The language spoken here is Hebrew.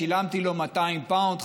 שילמתי לו 200 פאונד,